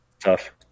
Tough